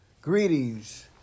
Greetings